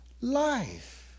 life